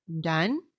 done